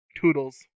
Toodles